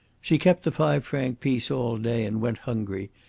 she kept the five-franc piece all day and went hungry,